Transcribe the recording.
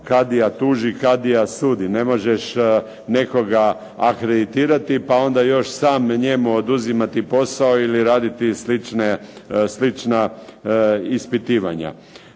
kadija tuži, kadija sudi. Ne možeš nekoga akreditirati pa onda još sam njemu oduzimati posao ili raditi slična ispitivanja.